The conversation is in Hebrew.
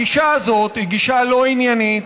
הגישה הזאת היא גישה לא עניינית,